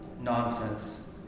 Nonsense